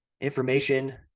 information